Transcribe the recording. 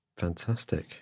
Fantastic